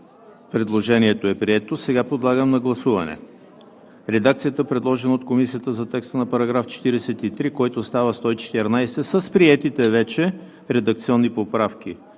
Предложението е прието. Подлагам на гласуване редакцията, предложена от Комисията за текста на § 43, който става § 114 с приетите вече редакционни поправки